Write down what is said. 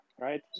right